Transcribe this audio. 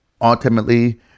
ultimately